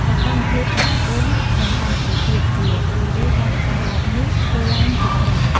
សកម្មភាពសហគមន៍ និងសាមគ្គីភាព ជារឿយៗ ការនេសាទបែបនេះធ្វើឡើងជាក្រុម។